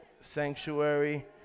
Sanctuary